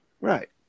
right